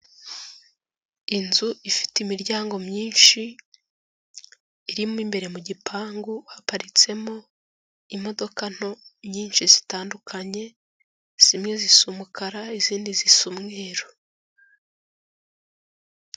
Inzu ifite imiryango myinshi irimo imbere, mu gipangu haparitsemo imodoka nto nyinshi zitandukanye, zimwe zisa umukara izindi zisa umweru.